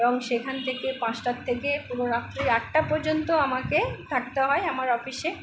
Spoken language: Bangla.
এবং সেখান থেকে পাঁচটার থেকে পুরো রাত্রির আটটা পর্যন্ত আমাকে থাকতে আমার অফিসে